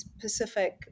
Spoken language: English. Pacific